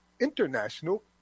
international